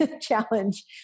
challenge